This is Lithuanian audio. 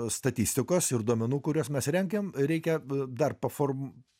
statistikos ir duomenų kuriuos mes rengiam reikia dar paform